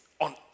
on